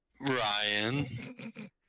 Ryan